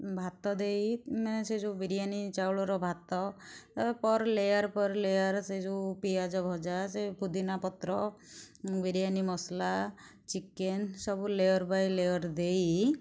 ଭାତ ଦେଇ ମାନେ ସେ ଯେଉଁ ବିରୀୟାନୀ ଚାଉଳର ଭାତ ପର୍ ଲେୟାର୍ ପର୍ ଲେୟାର ସେ ଯେଉଁ ପିଆଜ ଭଜା ସେ ପୁଦିନା ପତ୍ର ବିରୀୟାନି ମସଲା ଚିକେନ୍ ସବୁ ଲେୟାର୍ ବାଇ ଲେୟାର୍ ଦେଇ